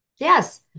Yes